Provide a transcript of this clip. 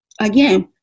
again